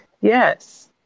Yes